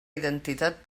identitat